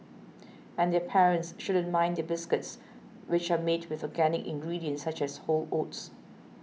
and their parents shouldn't mind the biscuits which are made with organic ingredients such as whole oats